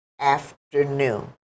afternoon